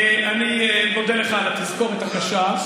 אני מודה לך על התזכורת הקשה.